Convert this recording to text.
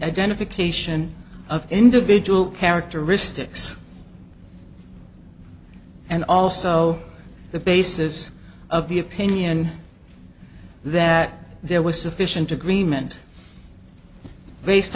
identification of individual characteristics and also the basis of the opinion that there was sufficient agreement based